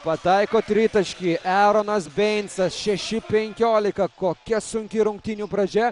pataiko tritaškį eronas beinsas šeši penkiolika kokia sunki rungtynių pradžia